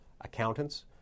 accountants